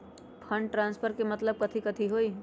Fund transfer के मतलब कथी होई?